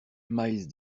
miles